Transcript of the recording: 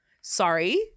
Sorry